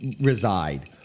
reside